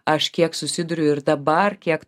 aš kiek susiduriu ir dabar kiek